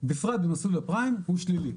בפרט במסלול הפריים הוא שלילי.